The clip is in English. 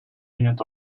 unit